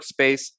workspace